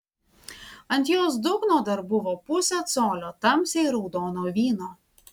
ant jos dugno dar buvo pusė colio tamsiai raudono vyno